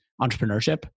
entrepreneurship